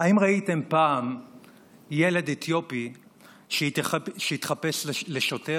האם ראיתם פעם ילד אתיופי שהתחפש לשוטר?